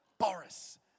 Boris